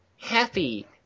happy